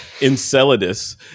Enceladus